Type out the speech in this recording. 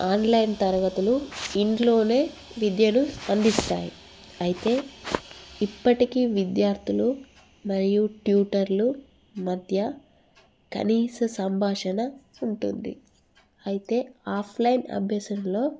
online తరగతులు ఇంట్లోనే విద్యను అందిస్తాయి అయితే ఇప్పటికి విద్యార్థులు మరియు ట్యూటర్లు మధ్య కనీస సంభాషణ ఉంటుంది అయితే ఆఫ్లైన్ అభ్యాసంలో